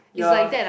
ya